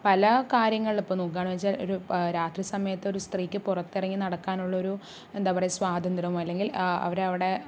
പലകാര്യങ്ങളും ഇപ്പോൾ നോക്കുകയാണ് വെച്ചാൽ ഒരു രാത്രി സമയത്ത് ഒരു സ്ത്രീക്ക് പുറത്തിറങ്ങി നടക്കാനുള്ള ഒരു എന്താ പറയുക സ്വാതന്ത്രം അല്ലെങ്കിൽ അവരവിടെ